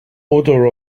odor